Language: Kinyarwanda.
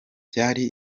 byari